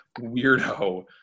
weirdo